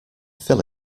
fill